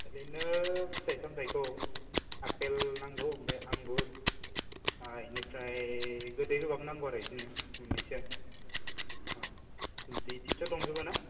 ओरैनो फिथाइ सामथाइखौ आपेल नांगौ ओमफ्राय आंगुर बेनिफ्राय गोदै गोबाब नांगौ आरो बिदिनो मोननैसो अ दिथिथ' दंजोबोना